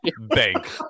bank